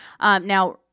Now